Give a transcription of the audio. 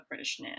Britishness